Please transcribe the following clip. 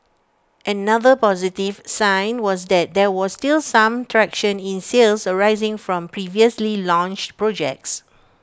another positive sign was that there was still some traction in sales arising from previously launched projects